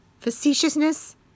facetiousness